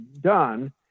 done